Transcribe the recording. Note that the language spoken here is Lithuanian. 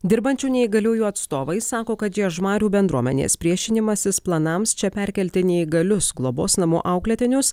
dirbančių neįgaliųjų atstovai sako kad žiežmarių bendruomenės priešinimasis planams čia perkelti neįgalius globos namų auklėtinius